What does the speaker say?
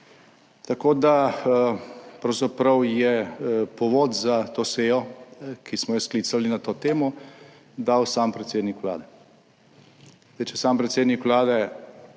pravzaprav povod za to sejo, ki smo jo sklicali na to temo, dal sam predsednik Vlade.